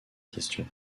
question